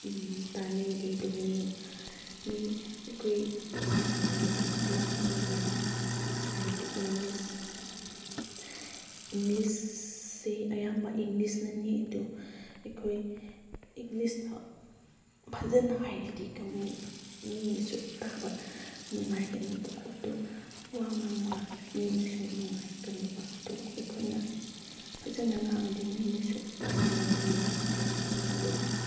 ꯇꯥꯅꯤꯡꯗꯦ ꯑꯗꯨꯒ ꯃꯤ ꯃꯤ ꯑꯩꯈꯣꯏ ꯋꯥ ꯉꯥꯡꯕ ꯌꯥꯝ ꯍꯩꯔꯗꯤ ꯏꯪꯂꯤꯁ ꯏꯪꯂꯤꯁꯁꯤ ꯑꯌꯥꯝꯕ ꯏꯪꯂꯤꯁꯅꯅꯤ ꯑꯗꯨ ꯑꯩꯈꯣꯏ ꯏꯪꯂꯤꯁ ꯐꯖꯅ ꯍꯩꯔꯗꯤ ꯃꯤꯅꯁꯨ ꯇꯥꯕ ꯅꯨꯡꯉꯥꯏꯒꯅꯦꯕꯀꯣ ꯑꯗꯨ ꯋꯥ ꯉꯥꯡꯕ ꯀꯥꯟꯗ ꯃꯤꯅꯁꯨ ꯅꯨꯡꯉꯥꯏꯒꯅꯦꯕ ꯑꯗꯨꯒ ꯑꯩꯈꯣꯏꯅ ꯐꯖꯅ ꯉꯥꯡꯉꯗꯤ ꯃꯤꯅꯁꯨ ꯇꯥꯅꯤꯡꯒꯅꯤ ꯑꯗꯨꯒ